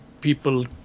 people